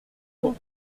vous